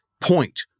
point